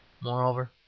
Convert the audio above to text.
Moreover